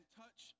touch